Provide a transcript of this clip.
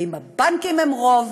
אם הבנקים הם רוב